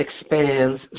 expands